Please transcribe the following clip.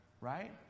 Right